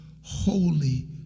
holy